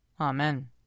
Amen